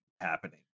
happening